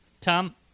Tom